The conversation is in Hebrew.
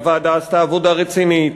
הוועדה עשתה עבודה רצינית.